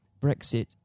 Brexit